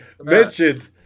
Mentioned